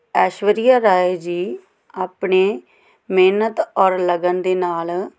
ਐਸ਼ਵਰੀਆ ਰਾਏ ਜੀ ਆਪਣੇ ਮਿਹਨਤ ਔਰ ਲਗਨ ਦੇ ਨਾਲ